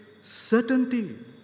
certainty